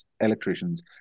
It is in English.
electricians